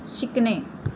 शिकणे